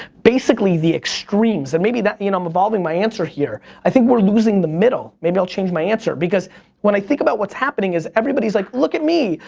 basically the extremes, and maybe you know i'm evolving my answer here. i think we're losing the middle. maybe i'll change my answer because when i think about what's happening, is everybody's like, look at me,